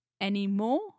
anymore